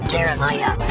Jeremiah